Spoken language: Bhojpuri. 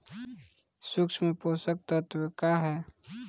सूक्ष्म पोषक तत्व का ह?